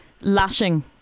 lashing